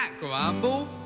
grumble